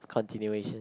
continuation